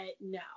no